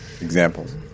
examples